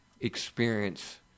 experience